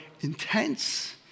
intense